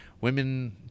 women